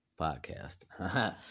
podcast